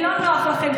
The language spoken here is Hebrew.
כי לא נוח לכם,